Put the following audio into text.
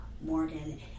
Morgan